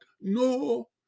No